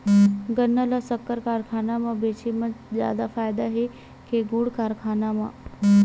गन्ना ल शक्कर कारखाना म बेचे म जादा फ़ायदा हे के गुण कारखाना म?